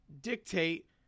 dictate